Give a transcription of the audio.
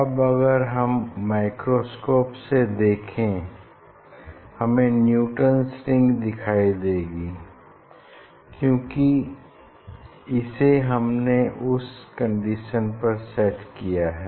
अब अगर हम माइक्रोस्कोप मे देखें हमें न्यूटन्स रिंग्स दिखाई देंगी क्यूंकि इसे हमने उस कंडीशन पर सेट किया है